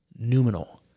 numinal